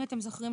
אם אתם זוכרים,